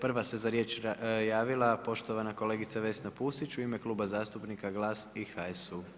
Prva se za riječ javila poštovana kolegica Vesna Pusić u ime Kluba zastupnika GLAS i HSU.